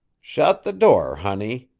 shut the door, honey,